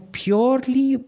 purely